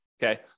Okay